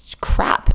crap